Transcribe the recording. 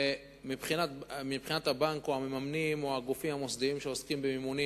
ומבחינת הבנק או המממנים או הגופים המוסדיים שעוסקים במימונים,